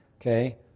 okay